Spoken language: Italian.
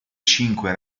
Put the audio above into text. cinque